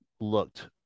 looked